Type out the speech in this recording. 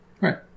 Right